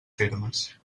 termes